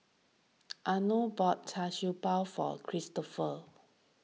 Arno bought Char Siew Bao for Kristoffer